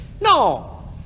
No